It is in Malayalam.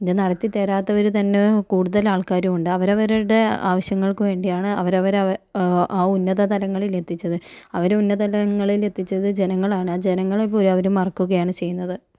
ഇത് നടത്തിത്തരാത്തവർ തന്നെ കൂടുതൽ ആൾക്കാരും ഉണ്ട് അവരവരുടെ ആവശ്യങ്ങൾക്ക് വേണ്ടിയാണ് അവരവർ അവ ആ ഉന്നത തലങ്ങളിലെത്തിച്ചത് അവർ ഉന്നതതലങ്ങളിൽ എത്തിച്ചത് ജനങ്ങളാണ് ആ ജനങ്ങളെ പോലും അവർ മറക്കുകയാണ് ചെയ്യുന്നത്